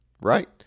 right